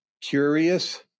Curious